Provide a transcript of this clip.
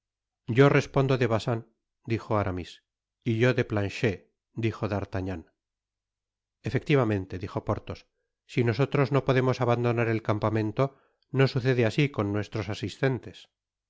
yo respondo de bacin dijo aramis y yo de planchet dijo d'artagnan efectivamente dijo porthos si nosotros no podemos abandonar el campamento no sucede asi con nuestros asistentes